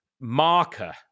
marker